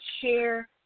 share